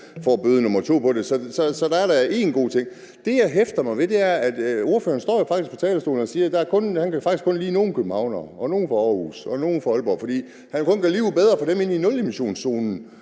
får bøde nr. 2 på det. Så der er da én god ting. Det, jeg hæfter mig ved, er, at ordføreren står på talerstolen og siger, at han faktisk kun kan lide nogle københavnere og nogle fra Aarhus og nogle fra Aalborg, fordi han kun gør livet bedre for dem inden for nulemissionszonen.